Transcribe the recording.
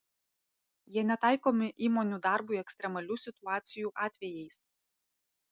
jie netaikomi įmonių darbui ekstremalių situacijų atvejais